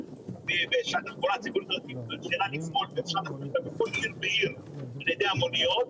ושהתחבורה הציבורית מתחילה לפעול בכל עיר ועיר על ידי המוניות,